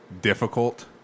difficult